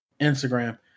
Instagram